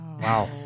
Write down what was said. Wow